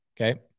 Okay